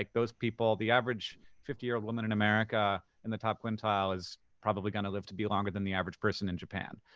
like those people, the average fifty year old woman in america in the top quintile is probably gonna live to be longer than the average person in japan.